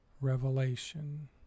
revelation